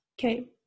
Okay